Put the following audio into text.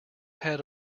had